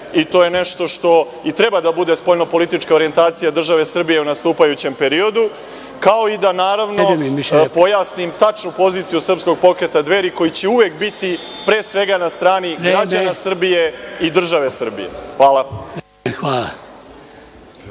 To je nešto što i treba da bude spoljnopolitička orijentacija države Srbije u nastupajućem periodu, kao i da naravno pojasnim tačnu poziciju Srpskog pokreta Dveri koji će uvek biti, pre svega, na strani građana Srbije i države Srbije. Hvala.